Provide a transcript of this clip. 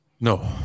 No